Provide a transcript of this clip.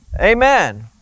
Amen